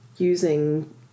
using